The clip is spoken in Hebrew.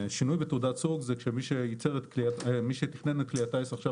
שינוי בתעודת סוג זה כשמי שתכנן את כלי הטייס עכשיו